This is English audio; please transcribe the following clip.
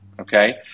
okay